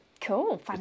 cool